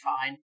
fine